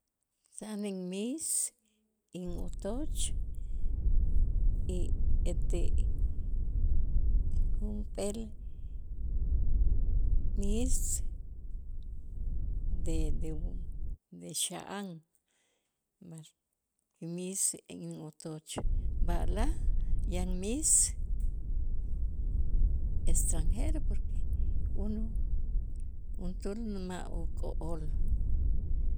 miis in otoch y ete junp'eel miis de- de- u- de xa'an miis inotoch b'alaj yan miis extranjero porque uno un turno nauko'ol